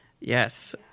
yes